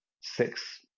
six